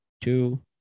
two